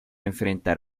enfrentar